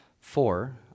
Four